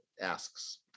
asks